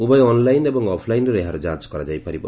ଉଭୟ ଅନ୍ଲାଇନ୍ ଏବଂ ଅଫ୍ ଲାଇନ୍ରେ ଏହାର ଯାଞ୍ କରାଯାଇପାରିବ